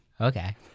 okay